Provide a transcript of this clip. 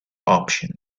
option